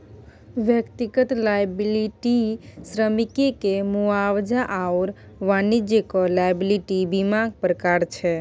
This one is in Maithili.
व्यक्तिगत लॉयबिलटी श्रमिककेँ मुआवजा आओर वाणिज्यिक लॉयबिलटी बीमाक प्रकार छै